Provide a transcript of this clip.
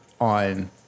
on